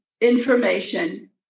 information